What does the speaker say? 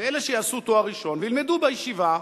ואלה שיעשו תואר ראשון וילמדו בישיבה,